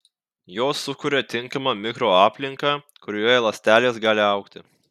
jos sukuria tinkamą mikroaplinką kurioje ląstelės gali augti